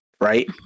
right